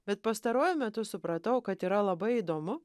bet pastaruoju metu supratau kad yra labai įdomu